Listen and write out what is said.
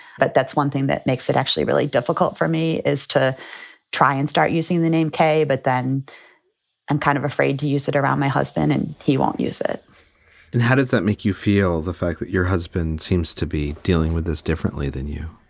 but that's one thing that makes it actually really difficult for me is to try and start using the name kay. but then i'm kind of afraid to use it around my husband and he won't use it and how does that make you feel? the fact that your husband seems to be dealing with this differently than you?